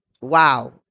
Wow